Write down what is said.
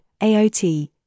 AOT